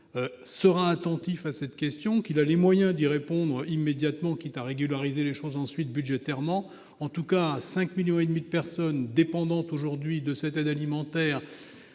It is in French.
sera attentif à cette question, qu'il a les moyens d'y répondre immédiatement, quitte à nous demander ensuite de régulariser les mesures budgétairement. En tout cas, 5,5 millions de personnes dépendantes aujourd'hui de cette aide alimentaire